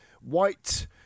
White